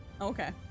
Okay